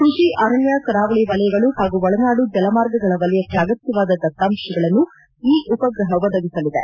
ಕೃಷಿ ಅರಣ್ಯ ಕರಾವಳಿ ವಲಯಗಳು ಹಾಗೂ ಒಳನಾಡು ಜಲಮಾರ್ಗಗಳ ವಲಯಕ್ಕೆ ಅಗತ್ಯವಾದ ದತ್ತಾಂಶಗಳನ್ನು ಈ ಉಪಗ್ರಹ ಒದಗಿಸಲಿದೆ